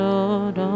Lord